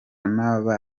n’aba